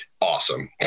Awesome